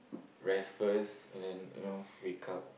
rest first you know wake up